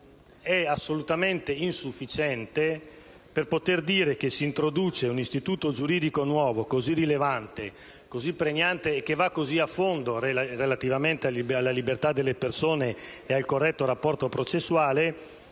assolutamente insufficiente e non consenta di dire che si introduce un istituto giuridico nuovo così rilevante e pregnante, che va così a fondo relativamente alla libertà delle persone e al corretto rapporto processuale.